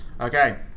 Okay